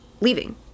leaving